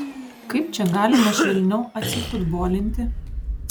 kaip čia galima švelniau atsifutbolinti